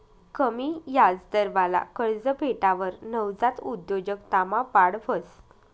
कमी याजदरवाला कर्ज भेटावर नवजात उद्योजकतामा वाढ व्हस